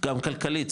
גם כלכלית,